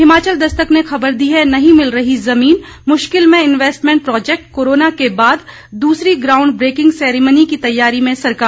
हिमाचल दस्तक ने खबर दी है नहीं मिल रही जमीन मुश्किल में इन्वेस्टमेंट प्रोजेक्ट कोरोना के बाद दूसरी ग्रांउड ब्रेकिंग सेरेमनी की तैयारी में सरकार